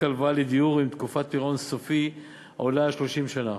הלוואה לדיור אם תקופת הפירעון הסופי עולה על 30 שנה.